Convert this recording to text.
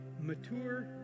mature